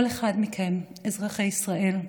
כל אחד מכם, אזרחי ישראל,